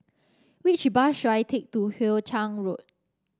which bus should I take to Hoe Chiang Road